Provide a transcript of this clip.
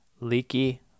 Leaky